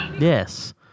Yes